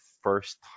first